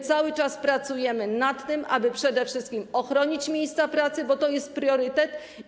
Cały czas pracujemy nad tym, aby przede wszystkim ochronić miejsca pracy, bo to jest priorytet.